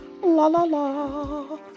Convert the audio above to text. la-la-la